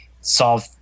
solve